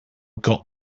got